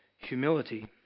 Humility